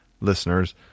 listeners